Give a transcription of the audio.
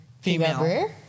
female